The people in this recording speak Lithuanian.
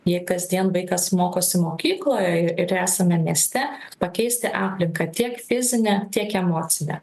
jei kasdien vaikas mokosi mokykloje ir esame mieste pakeisti aplinką tiek fizinę tiek emocinę